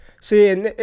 See